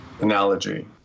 analogy